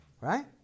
right